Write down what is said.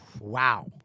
Wow